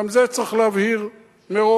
גם את זה צריך להבהיר מראש.